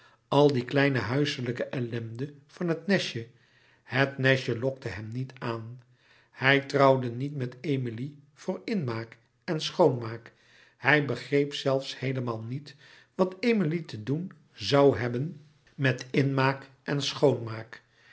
al die kleine huiselijke ellende van het nestje het nestje lokte hem niet aan hij trouwde niet met emilie voor inmaak en schoonmaak hij begreep zelfs heelemaal niet wat emilie te doen zoû hebben met inmaak en schoonmaak